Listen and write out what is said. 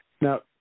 Now